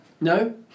no